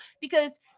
because-